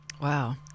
Wow